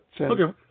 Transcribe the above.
Okay